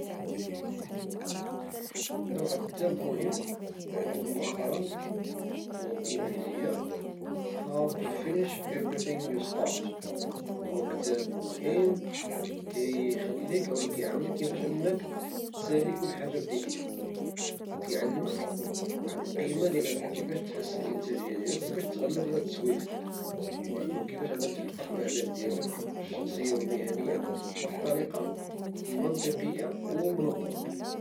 كاين واحد الكتاب مهم قريتو مؤخرا، وهو باللغة الإنجليزية، How to finish everything You Start وهو كتاب مهم كيخليك أو كيعاونك كيفاش تسالي كل حاجة بديتيها وكيعلمك واحد القيمة أنك كيفاش تحسن الإنتاجية ديالك وكيفاش تغلب على التسويف ، وكيفاش تحقق الأهداف ديالك الشخصية والمهنية بواحد الطريقة منطقية ومنظمة.